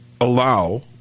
allow